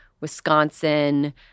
Wisconsin